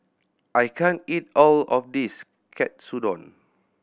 I can't eat all of this Katsudon